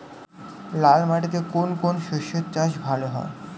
লাল মাটিতে কোন কোন শস্যের চাষ ভালো হয়?